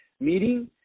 meeting